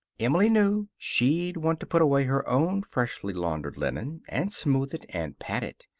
emily knew she'd want to put away her own freshly laundered linen, and smooth it, and pat it.